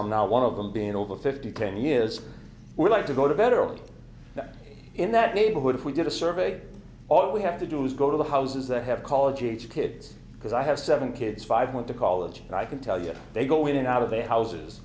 i'm not one of them being over fifty percent is we like to go to bed early that in that neighborhood if we did a survey all we have to do is go to the houses that have college age kids because i have seven kids five went to college and i can tell you they go in and out of their houses